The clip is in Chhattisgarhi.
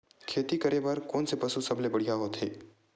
खेती करे बर कोन से पशु सबले बढ़िया होथे?